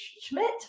schmidt